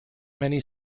many